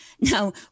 Now